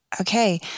Okay